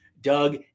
Doug